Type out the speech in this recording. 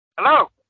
Hello